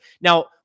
Now